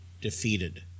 defeated